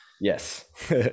Yes